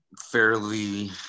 fairly